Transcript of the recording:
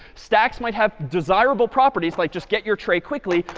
stacks might have desirable properties, like just get your tray quickly,